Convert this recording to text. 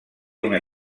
una